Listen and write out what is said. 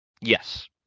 Yes